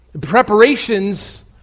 Preparations